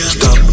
Stop